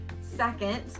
Second